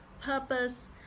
purpose